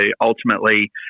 ultimately